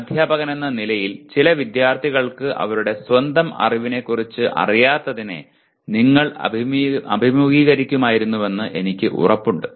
ഒരു അദ്ധ്യാപകനെന്ന നിലയിൽ ചില വിദ്യാർത്ഥികൾക്ക് അവരുടെ സ്വന്തം അറിവിനെക്കുറിച്ച് അറിയാത്തതിനെ നിങ്ങൾ അഭിമുഖീകരിക്കുമായിരുന്നുവെന്ന് എനിക്ക് ഉറപ്പുണ്ട്